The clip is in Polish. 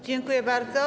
Dziękuję bardzo.